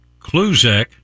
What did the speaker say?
Kluzek